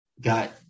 got